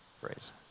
phrase